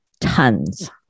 tons